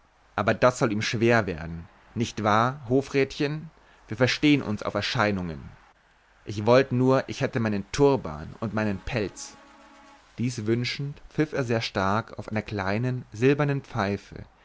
aber das soll ihm schwer werden nicht wahr hofrätchen wir verstehen uns auf erscheinungen ich wollt nur ich hätte meinen turban und meinen pelz dies wünschend pfiff er sehr stark auf einer kleinen silbernen pfeife